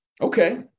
okay